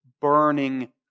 burning